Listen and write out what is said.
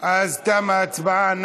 אז תמה ההצבעה.